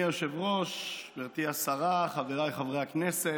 אדוני היושב-ראש, גברתי השרה, חבריי חברי הכנסת,